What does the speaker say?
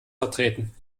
vertreten